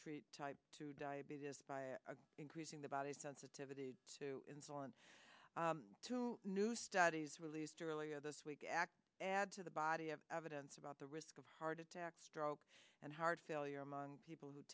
treat type two diabetes by increasing the body's sensitivity to insulin two new studies released earlier this week act adds to the body of evidence about the risk of heart attack stroke and heart failure among people who